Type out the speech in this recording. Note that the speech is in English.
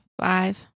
Five